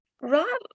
right